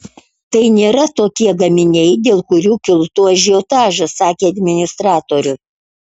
tai nėra tokie gaminiai dėl kurių kiltų ažiotažas sakė administratorius